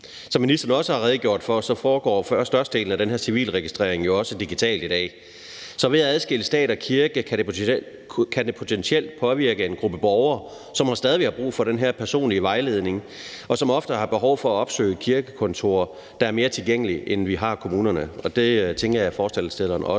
Som ministeren også har redegjort for, foregår størstedelen af den her civilregistrering jo også digitalt i dag, så ved at adskille stat og kirke kan det potentielt påvirke en gruppe borgere, som stadig har brug for den her personlige vejledning, og som ofte har behov for at opsøge kirkekontorerne, der er mere tilgængelige end kommunerne. Det tænker jeg at forslagsstillerne også